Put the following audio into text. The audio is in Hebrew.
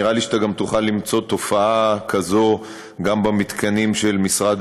נראה לי שתוכל למצוא תופעה כזו גם במתקנים של משרד